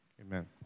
Amen